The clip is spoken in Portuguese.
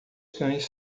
cães